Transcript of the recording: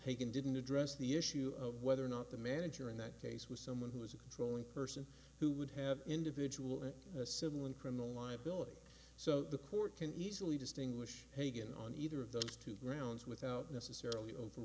can didn't address the issue of whether or not the manager in that case was someone who was a controlling person who would have individual in a civil and criminal liability so the court can easily distinguish hagan on either of those two grounds without